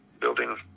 building